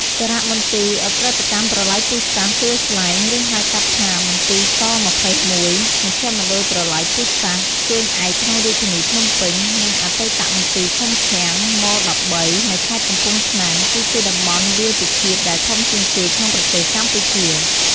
សារមន្ទីរឧក្រិដ្ឋកម្មប្រល័យពូជសាសន៍ទួលស្លែង ឬហៅកាត់ថា មន្ទីរស២១ មជ្ឈមណ្ឌលប្រល័យពូជសាសន៍ជើងឯកក្នុងរាជធានីភ្នំពេញ និងអតីតមន្ទីរឃុំឃាំង ម១៣ នៅខេត្តកំពង់ឆ្នាំង គឺជាតំបន់វាលពិឃាតដែលធំជាងគេ ក្នុងប្រទេសកម្ពុជា។